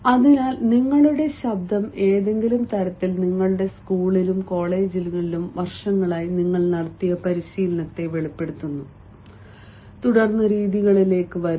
അതിനാൽ നിങ്ങളുടെ ശബ്ദം ഏതെങ്കിലും തരത്തിൽ നിങ്ങളുടെ സ്കൂളിലും കോളേജുകളിലും വർഷങ്ങളായി നിങ്ങൾ നടത്തിയ പരിശീലനത്തെ വെളിപ്പെടുത്തുന്നു തുടർന്ന് രീതികളിലേക്ക് വരുന്നു